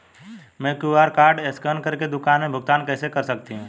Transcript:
मैं QR code scan कर के दुकान में भुगतान कैसे कर सकती हूँ?